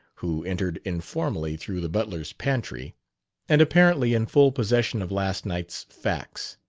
who entered informally through the butler's pantry and apparently in full possession of last night's facts.